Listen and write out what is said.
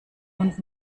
und